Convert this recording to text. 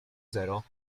zero